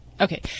Okay